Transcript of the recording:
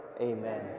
Amen